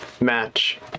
match